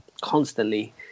constantly